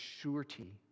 surety